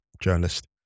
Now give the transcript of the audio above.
journalist